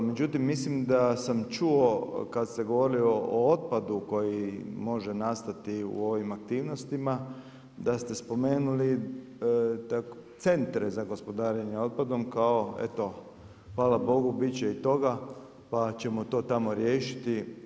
Međutim, mislim da sam čuo kad ste govorili o otpadu koji može nastati u ovim aktivnostima, da ste spomenuli centre za gospodarenje otpadom kao eto, hvala Bogu, bit će i toga, pa ćemo to tamo riješiti.